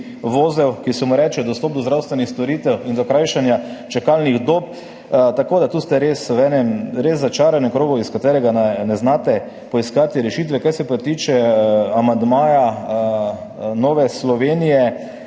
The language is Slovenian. vozel, ki se mu reče dostop do zdravstvenih storitev in krajšanje čakalnih dob. Tako da tu ste res v enem začaranem krogu, iz katerega ne znate poiskati rešitve. Kar se pa tiče amandmaja Nove Slovenije,